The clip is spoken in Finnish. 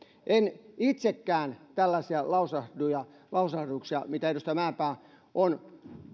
en itsekään tällaisia lausahduksia lausahduksia mitä edustaja mäenpää on